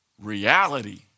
Reality